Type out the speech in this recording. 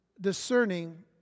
discerning